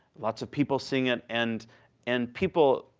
lots of people seeing it. and and people,